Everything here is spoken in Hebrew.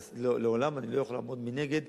ולעולם לא אוכל לעמוד מנגד